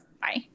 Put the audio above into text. Bye